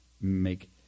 make